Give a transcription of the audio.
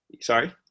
Sorry